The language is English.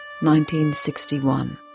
1961